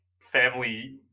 family